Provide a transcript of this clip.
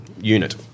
unit